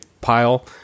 pile